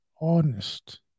honest